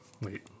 wait